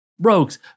rogues